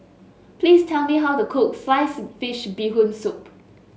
please tell me how to cook Sliced Fish Bee Hoon Soup